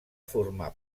formar